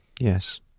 Yes